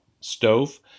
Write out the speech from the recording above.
stove